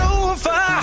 over